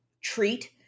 treat